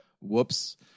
whoops